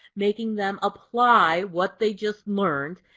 making them apply what they just learned,